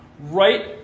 right